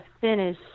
finish